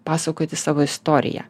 pasakoti savo istoriją